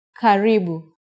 Karibu